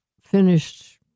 finished